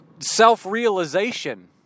self-realization